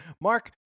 Mark